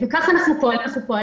ככה אנחנו פועלים,